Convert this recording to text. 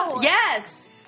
Yes